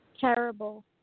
Terrible